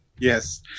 Yes